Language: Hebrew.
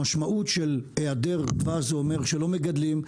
המשמעות של היעדר דבש זה אומר שלא מגדלים,